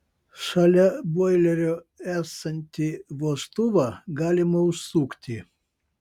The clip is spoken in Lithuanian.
šalia boilerio esantį vožtuvą galima užsukti